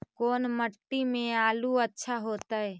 कोन मट्टी में आलु अच्छा होतै?